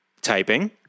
Typing